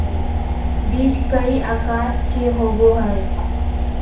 बीज कई आकार के होबो हइ